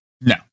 No